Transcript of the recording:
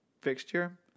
fixture